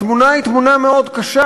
התמונה היא תמונה מאוד קשה.